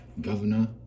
governor